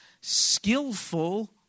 skillful